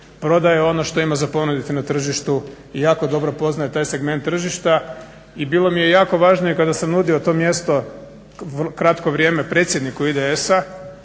prodaje ono što ima ponuditi na tržištu i jako dobro poznaje taj segment tržišta. I bilo mi je jako važno i kada sam nudio to mjesto, kratko vrijeme predsjedniku IDS-a,